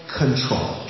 control